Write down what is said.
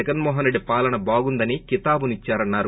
జగన్మోహన్ రెడ్డి పాలన బాగుందని కీతాబునిచ్చారన్నారు